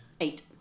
Eight